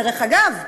דרך אגב,